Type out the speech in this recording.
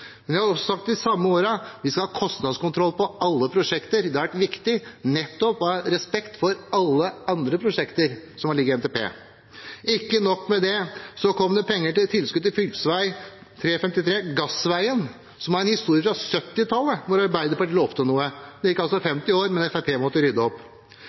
Men i de samme årene har jeg også sagt: Vi skal ha kostnadskontroll på alle prosjekter. Det har vært viktig, nettopp av respekt for alle andre prosjekter som har ligget i NTP. Som om ikke det var nok, kom det pengetilskudd til fv. 353 «Gassveien», som har en historie fra 1970-tallet da Arbeiderpartiet lovte noe. Det gikk altså 50 år, men Fremskrittspartiet måtte rydde opp.